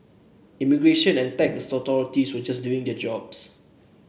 immigration and tax authorities were just doing their jobs